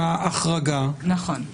נכון.